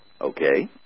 Okay